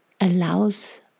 allows